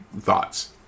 thoughts